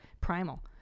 primal